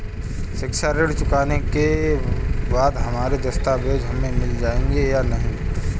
शिक्षा ऋण चुकाने के बाद हमारे दस्तावेज हमें मिल जाएंगे या नहीं?